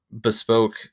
bespoke